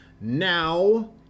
Now